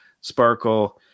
sparkle